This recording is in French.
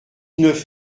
neuf